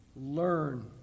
learn